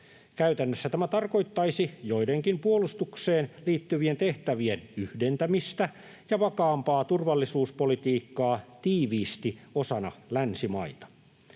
Käytännössä tämä tarkoittaisi joidenkin puolustukseen liittyvien tehtävien yhdentämistä ja vakaampaa turvallisuuspolitiikkaa tiiviisti osana länsimaita.